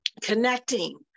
connecting